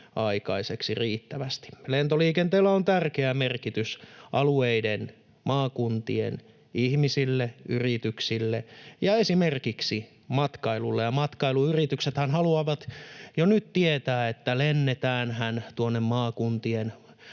aikaiseksi riittävästi. Lentoliikenteellä on tärkeä merkitys alueiden, maakuntien ihmisille, yrityksille ja esimerkiksi matkailulle, ja matkailuyrityksethän haluavat jo nyt tietää, että lennetäänhän tuonne maakuntien